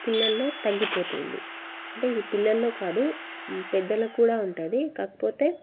పిల్లలలో తగ్గిపోతుంది అంటే ఇది పిల్లలలో కాదు పెద్దలకు కూడా ఉంటుంది కాకపోతే